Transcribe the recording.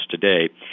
today